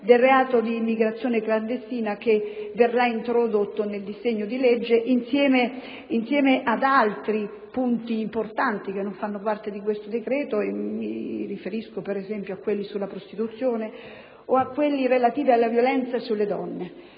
del reato di immigrazione clandestina, che verrà introdotto nel disegno di legge insieme ad altri aspetti importanti che non sono affrontati in questo decreto. Mi riferisco, ad esempio, a quelli della prostituzione o relativi alla violenza sulle donne.